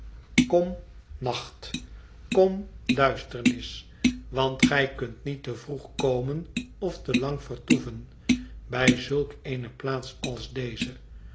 nacht kom duisternis want gij kunt niet te vroeg komen ofte lang vertoeven bij zulk eene plaats als deze